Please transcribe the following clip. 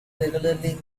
regularly